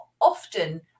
often